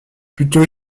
plutôt